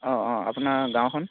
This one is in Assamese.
অঁ অঁ আপোনাৰ গাঁওখন